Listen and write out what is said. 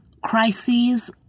crises